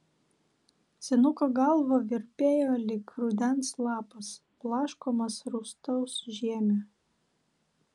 senuko galva virpėjo lyg rudens lapas blaškomas rūstaus žiemio